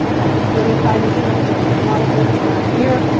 like stealing private emails, we've seen a lot of this in the last year,